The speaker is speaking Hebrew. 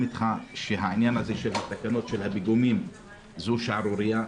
איתך שהעניין הזה של התקנות הפיגומים זה שערורייה.